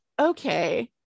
okay